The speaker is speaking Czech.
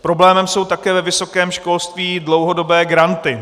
Problémem jsou také ve vysokém školství dlouhodobé granty.